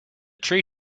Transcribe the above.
tree